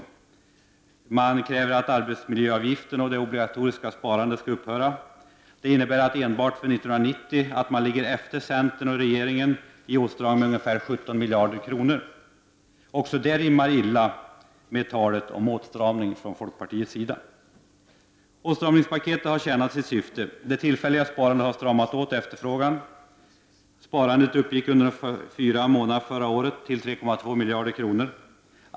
Folkpartiet kräver att arbetsmiljöavgiften och det obligatoriska sparandet skall upphöra. Det innebär att folkpartiet enbart för 1990 ligger efter centern och regeringen i fråga om åtstramning med över 17 miljarder kronor. Också det rimmar illa med folkpartiets tal om åtstramning. Åtstramningspaketet har tjänat sitt syfte. Det tillfälliga sparandet har stramat åt efterfrågan. Sparandet uppgick under de fyra månaderna förra året till 3,2 miljarder kronor.